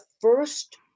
first